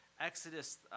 Exodus